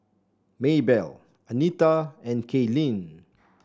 Maebelle Anita and Kaylene